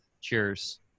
Cheers